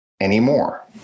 anymore